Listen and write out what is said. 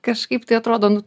kažkaip tai atrodo nu